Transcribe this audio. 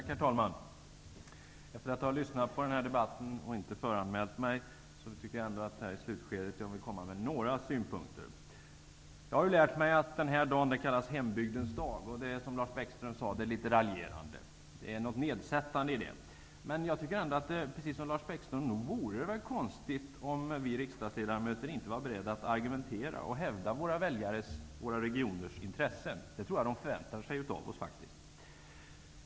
Herr talman! Efter att ha lyssnat till den här debatten, som jag inte föranmält mig till, tycker jag ändå att jag här i slutskedet vill komma med några synpunkter. Jag har lärt mig att den här dagen kallas hembygdens dag. Det är, som Lars Bäckström sade, litet raljerande. Det är något nedsättande i det. Jag tycker ändå, precis som Lars Bäckström, att det nog vore konstigt om vi riksdagsledamöter inte var beredda att argumentera och hävda våra väljares och våra regioners intressen. Det tror jag att de förväntar sig av oss.